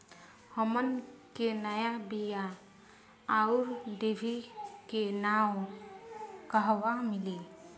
हमन के नया बीया आउरडिभी के नाव कहवा मीली?